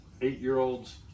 eight-year-olds